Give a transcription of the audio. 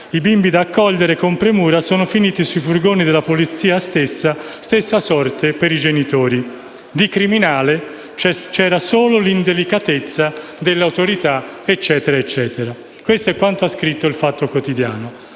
I bimbi da accogliere con premura sono finiti sui furgoni della polizia, stessa sorte ai genitori. Di criminale, però, c'era solo l'indelicatezza delle autorità». Questo è quanto ha scritto «il Fatto Quotidiano».